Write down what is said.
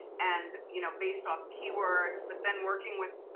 and you know based off keywords, but then working with